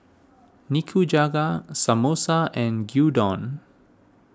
Nikujaga Samosa and Gyudon